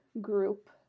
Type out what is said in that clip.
group